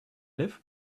live